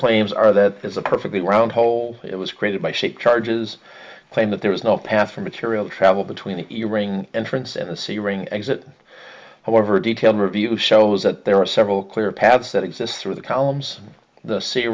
claims are that there's a perfectly round hole it was created by shaped charges claim that there is no path for material travel between the e ring entrance and the searing exit however detailed review shows that there are several clear paths that exists through the columns the sea